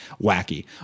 wacky